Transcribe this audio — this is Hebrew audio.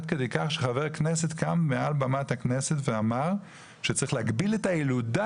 עד כדי כך שחבר כנסת קם מעל במת הכנסת ואמר שצריך להגביל את הילודה,